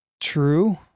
true